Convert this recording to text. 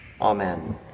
Amen